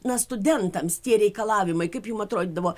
na studentams tie reikalavimai kaip jum atrodydavo